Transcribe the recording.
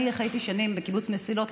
אני חייתי שנים בקיבוץ מסילות,